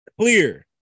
Clear